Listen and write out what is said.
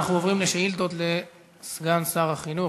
אנחנו עוברים לשאילתות לסגן שר החינוך,